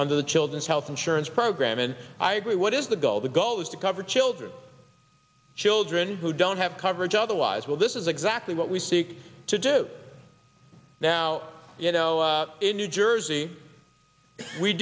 under the children's health insurance program and i agree what is the goal the goal is to cover children children who don't have coverage otherwise well this is exactly what we seek to do now you know in new jersey we